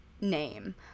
name